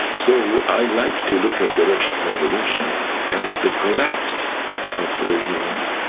so i like to look at the russian revolution as the collapse of regimes.